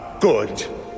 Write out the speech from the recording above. good